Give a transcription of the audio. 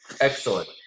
Excellent